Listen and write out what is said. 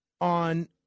on